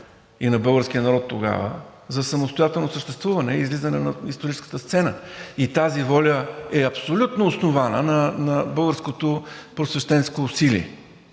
и на българския народ тогава за самостоятелно съществуване и излизане на историческата сцена. И тази воля е абсолютно основана на българското просвещенско усилие.